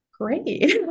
great